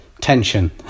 tension